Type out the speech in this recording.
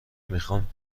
میخوام